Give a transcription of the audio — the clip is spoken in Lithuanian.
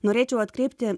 norėčiau atkreipti